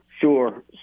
Sure